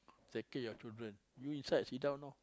take your children you inside sit down know